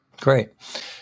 Great